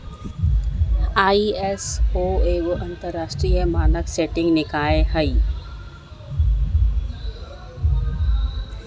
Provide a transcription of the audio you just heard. ISO एगो अंतरराष्ट्रीय मानक सेटिंग निकाय हइ